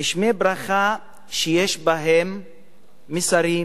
גשמי ברכה שיש בהם מסרים,